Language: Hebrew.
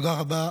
תודה רבה,